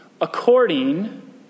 according